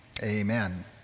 Amen